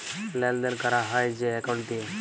লেলদেল ক্যরা হ্যয় যে একাউল্ট দিঁয়ে